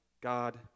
God